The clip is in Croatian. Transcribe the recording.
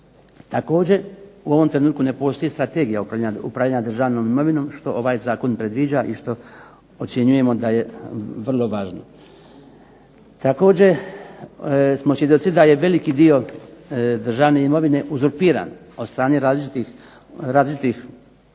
Također u ovom trenutku ne postoji strategija upravljanja državnom imovinom što ovaj zakon predviđa i što ocjenjujemo da je vrlo važno. Također smo svjedoci da je veliki dio državne imovine uzurpiran od strane različitih fizičkih